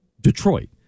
Detroit